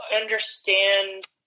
understand